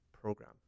program